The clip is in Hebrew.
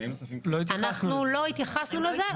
אנחנו לא התייחסנו לזה.